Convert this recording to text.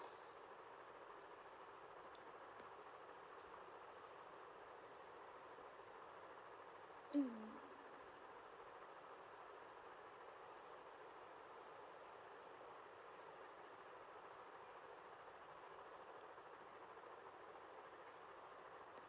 mm